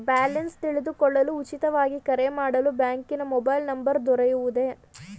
Balance ತಿಳಿದುಕೊಳ್ಳಲು ಉಚಿತವಾಗಿ ಕರೆ ಮಾಡಲು ಬ್ಯಾಂಕಿನ ಮೊಬೈಲ್ ನಂಬರ್ ದೊರೆಯುವುದೇ?